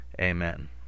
Amen